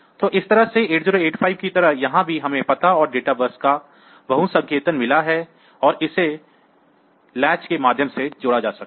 तो इस तरह से 8085 की तरह यहाँ भी हमें पता और डेटा बस का बहुसंकेतन मिला है और इसे लैच के माध्यम से जोड़ा जा सकता है